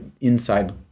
inside